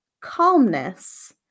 calmness